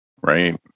right